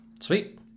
Sweet